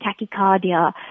tachycardia